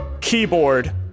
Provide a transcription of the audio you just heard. keyboard